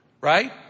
Right